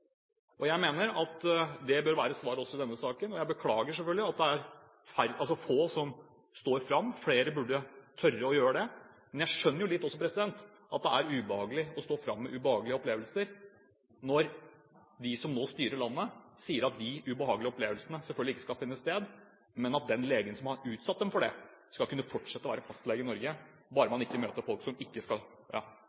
Jeg mener at det bør være svaret også i denne saken, og jeg beklager selvfølgelig at det er få som står fram. Flere burde tørre å gjøre det. Men jeg skjønner også litt at det er ubehagelig å stå fram med ubehagelige opplevelser når de som nå styrer landet, sier at de ubehagelige opplevelsene selvfølgelig ikke skal finne sted, men at den legen som har utsatt dem for det, skal kunne fortsette å være fastlege i Norge bare